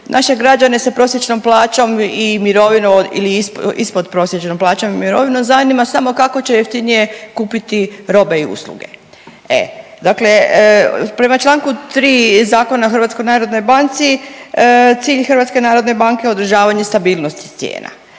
Naše građane sa prosječnom plaćom i mirovinom ili ispod prosječnom plaćom i mirovinom zanima samo kako će jeftinije kupiti robe i usluge. E, dakle prema članku 3. Zakona o Hrvatskoj narodnoj banci cilj Hrvatske narodne banke je održavanje stabilnosti cijena.